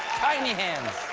tiny hands.